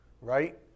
right